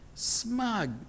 smug